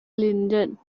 linden